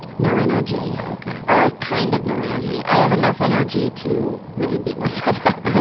no energy. oh, okay. or ah kind of no energy. i have enough energy to really beat myself up.